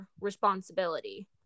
responsibility